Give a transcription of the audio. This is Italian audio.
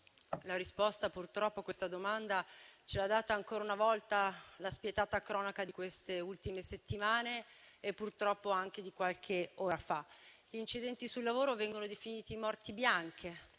La risposta a questa domanda, purtroppo, ce l'ha data ancora una volta la spietata cronaca delle ultime settimane e purtroppo anche di qualche ora fa. Gli incidenti sul lavoro vengono definiti "morti bianche",